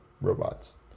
robots